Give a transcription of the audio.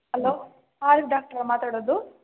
hello ಡಾಕ್ಟ್ರಾ ಮಾತಾಡೋದು